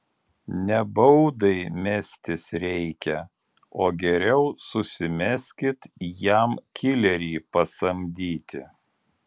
ne baudai mestis reikia o geriau susimeskit jam kilerį pasamdyti